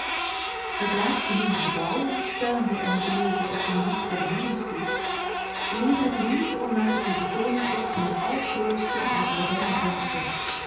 het laatstgenoemde gebouw staande en gelegen op den hoek der nonnensteeg levert de niet onaardige vertooning op van een oud klooster met moderne vensters